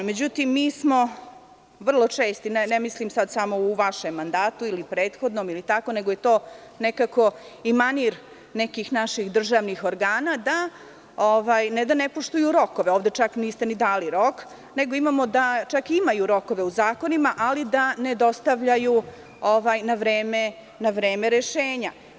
Međutim, mi smo vrlo česti, ne mislim samo u vašem mandatu ili prethodnom, nego je to nekako i manir nekih naših državnih organa, ne da ne poštuju rok, nego niste ni dali rok, nego imamo da imaju rokove u zakonima, ali da ne dostavljaju na vreme rešenja.